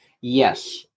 Yes